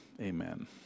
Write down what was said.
amen